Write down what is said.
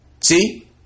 See